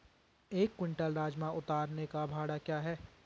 एक क्विंटल राजमा उतारने का भाड़ा क्या होगा?